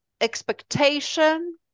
expectation